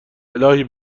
االهی